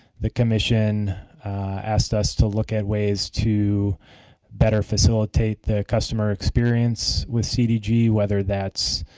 the commission asked us to look at ways to better facilitate the customer experience with cdg, whether that's